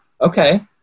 okay